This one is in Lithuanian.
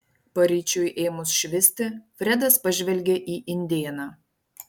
paryčiui ėmus švisti fredas pažvelgė į indėną